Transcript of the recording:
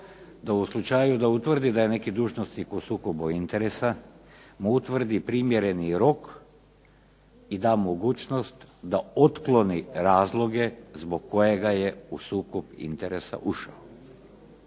da u slučaju da utvrdi da je neki dužnosnik u sukobu interesa mu utvrdi primjereni rok i da mogućnost da otkloni razloge zbog kojih je u sukob interesa ušao.